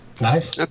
Nice